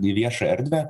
į viešą erdvę